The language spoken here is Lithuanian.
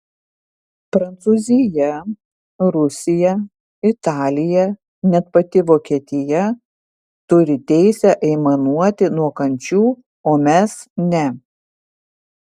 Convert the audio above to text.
prancūzija rusija italija net pati vokietija turi teisę aimanuoti nuo kančių o mes ne